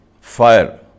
fire